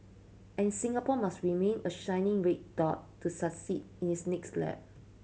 and Singapore must remain a shining red dot to succeed in its next lap